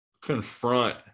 confront